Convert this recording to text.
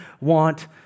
want